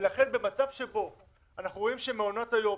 לכן במצב שבו אנחנו רואים שמעונות היום,